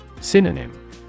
Synonym